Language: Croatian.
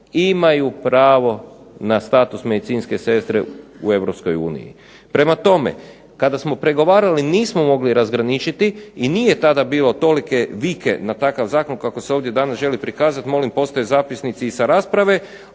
imaju pravo na status medicinske sestre u Europskoj uniji. Prema tome kada smo pregovarali nismo mogli razgraničiti i nije tada bilo tolike vike na takav zakon kako se ovdje danas želi prikazati, molim postoje zapisnici i sa rasprave,